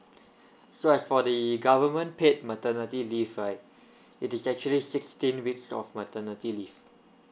so as for the government paid maternity leave right it is actually sixteen weeks of maternity leave